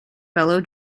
fellow